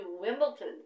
Wimbledon